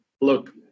look